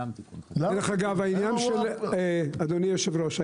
אדוני היושב-ראש,